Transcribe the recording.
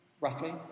roughly